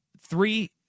three